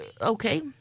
okay